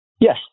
Yes